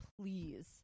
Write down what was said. please